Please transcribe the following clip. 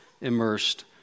immersed